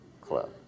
club